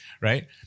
right